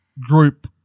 group